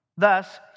Thus